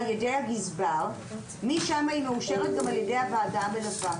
על ידי הגזבר משם היא גם מאושרת על ידי הוועדה המלווה.